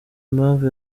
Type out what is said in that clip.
impamvu